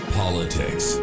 politics